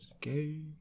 Gay